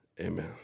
Amen